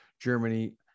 germany